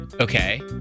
Okay